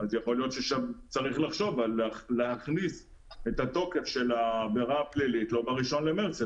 יכול להיות שצריך לחשוב להכניס את התוקף של העבירה הפלילית לא ב-1 במרץ,